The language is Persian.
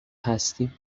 هستیم